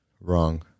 Wrong